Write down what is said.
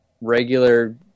regular